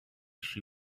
she